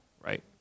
right